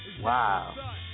Wow